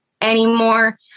anymore